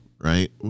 right